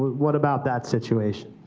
what about that situation?